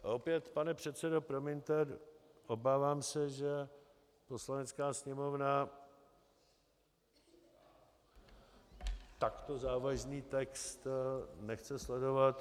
Opět, pane předsedo, promiňte, obávám se, že Poslanecká sněmovna takto závažný text nechce sledovat.